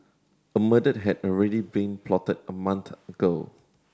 a murder had already been plotted a month ago